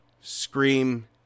scream